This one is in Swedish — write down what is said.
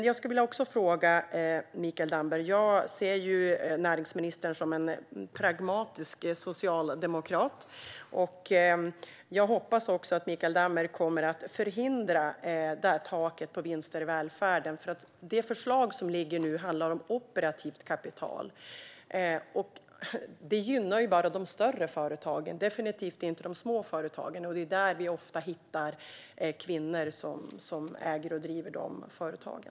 Jag ser näringsminister Mikael Damberg som en pragmatisk socialdemokrat. Jag hoppas att Mikael Damberg kommer att förhindra taket för vinster i välfärden, för det förslag som nu ligger handlar om operativt kapital. Detta gynnar bara de större företagen. Det gynnar definitivt inte de små företagen, och det är ofta kvinnor som äger och driver de företagen.